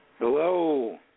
Hello